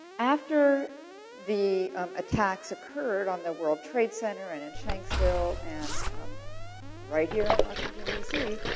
after the attacks occurred on the world trade center and in shanksville and right here in washington dc,